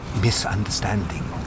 misunderstanding